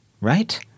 right